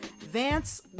Vance